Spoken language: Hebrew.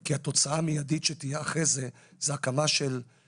כי התוצאה המיידית שתהיה אחרי זה היא שיהיה